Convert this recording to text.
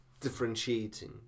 differentiating